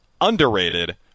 underrated